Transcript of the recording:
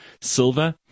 silver